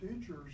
teachers